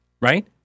Right